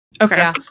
Okay